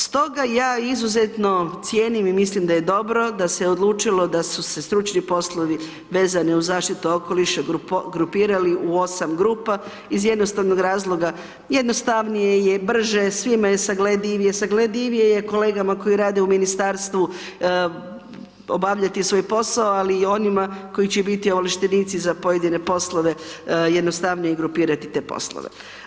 Stoga ja izuzetno cijenim i mislim da je dobro da se odlučilo da su se stručni poslovi vezani uz zaštitu okoliša grupirali u 8 grupa, iz jednostavnog razloga, jednostavnije je, brže je, svima je sagledivije, sagledivije je kolegama koji rade u Ministarstvu obavljati svoj posao, ali i onima koji će biti ovlaštenici za pojedine poslove, jednostavnije grupirati te poslove.